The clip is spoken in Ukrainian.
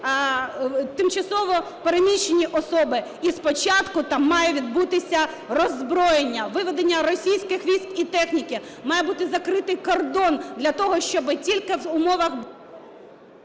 тимчасово переміщені особи, і спочатку там має відбутися роззброєння, виведення російських військ і техніки. Має бути закритий кордон для того, щоби тільки в умовах…